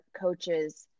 coaches